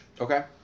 Okay